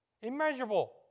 Immeasurable